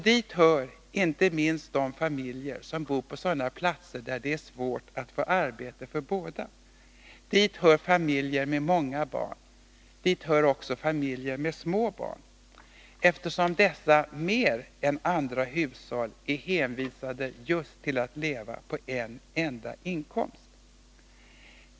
Dit hör inte minst de familjer som bor på sådana platser där det är svårt att få arbete för båda makarna. Dit hör också familjer med många barn och familjer med små barn, eftersom dessa mer än andra hushåll är hänvisade till att leva på en enda inkomst.